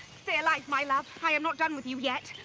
stay alive, my love. i am not done with you yet.